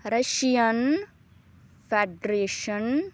Russian federation